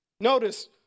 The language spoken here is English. notice